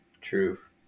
Truth